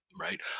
right